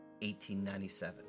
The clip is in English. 1897